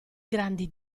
grandi